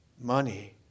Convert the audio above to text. Money